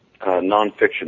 nonfiction